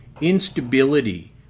instability